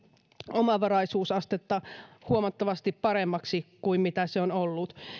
omavaraisuusastetta huomattavasti paremmaksi kuin mitä se on ollut